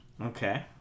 Okay